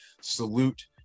salute